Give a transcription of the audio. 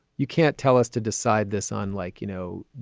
you can't tell us to decide this on like, you know,